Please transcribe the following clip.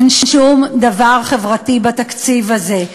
אין שום דבר חברתי בתקציב הזה.